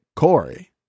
Corey